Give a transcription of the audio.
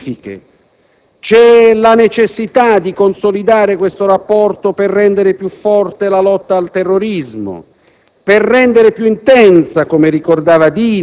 Naturalmente ci sono anche ragioni più specifiche: vi è la necessità di consolidare questo rapporto per rendere più forte la lotta al terrorismo